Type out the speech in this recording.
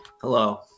Hello